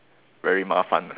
very 麻烦 ah